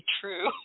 true